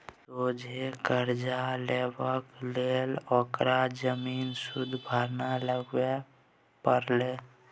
सोझे करजा लेबाक लेल ओकरा जमीन सुदभरना लगबे परलै